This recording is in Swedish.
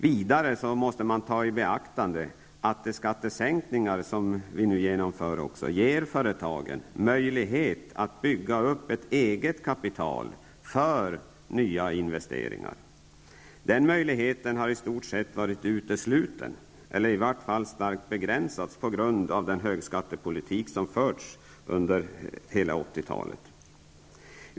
Vidare måste man beakta att de skattesänkningar som vi nu genomför ger företagen möjlighet att bygga upp ett eget kapital för nya investeringar. Denna möjlighet har i stort sett varit utesluten, eller i varje fall starkt begränsad, på grund av den högskattepolitik som den förra regeringen förde under hela 80-talet.